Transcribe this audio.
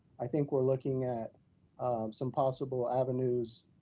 i think we're looking at some possible avenues,